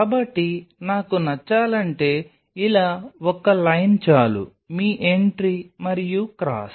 కాబట్టి నాకు నచ్చాలంటే ఇలా ఒక్క లైన్ చాలు మీ ఎంట్రీ మరియు క్రాస్